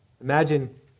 Imagine